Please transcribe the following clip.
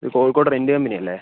ഇത് Kozhikode rent company അല്ലെ